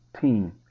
team